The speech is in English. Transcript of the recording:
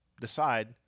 decide